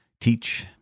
Teach